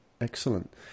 Excellent